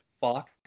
fuck